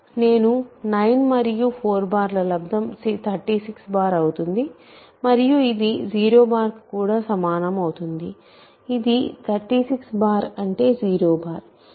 నేను 9 మరియు 4ల లబ్దం 36 అవుతుంది మరియు ఇది 0కూడా అవుతుంది ఇది 36 అంటే 0